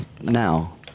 now